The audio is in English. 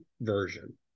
version